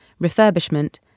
refurbishment